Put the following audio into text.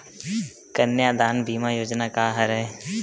कन्यादान बीमा योजना का हरय?